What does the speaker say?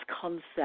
concept